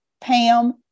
Pam